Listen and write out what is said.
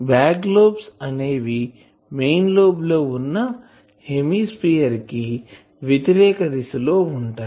back lobes అనేవి main lobe ఉన్న hemisphere కి వ్యతిరేక దిశ లో ఉంటాయి